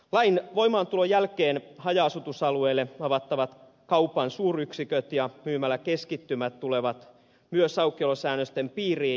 lain voimaantulon jälkeen haja asutusalueille avattavat kaupan suuryksiköt ja myymäläkeskittymät tulevat myös aukiolosäännösten piirin